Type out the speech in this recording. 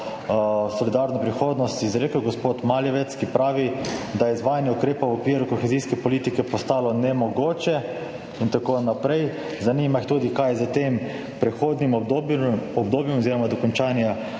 solidarno prihodnost izrekel, gospod Maljevac, ki pravi, da je izvajanje ukrepov v okviru kohezijske politike postalo nemogoče in tako naprej. Zanima jih tudi, kaj je s tem prehodnim obdobjem oziroma dokončanjem